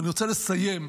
ואני רוצה לסיים,